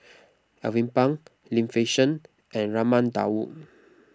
Alvin Pang Lim Fei Shen and Raman Daud